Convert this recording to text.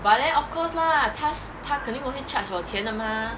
but then of course lah 他是他肯定会 charge 我钱的吗